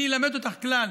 אני אלמד אותך כלל.